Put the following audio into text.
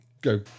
go